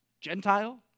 Gentile